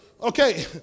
Okay